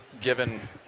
given